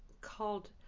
called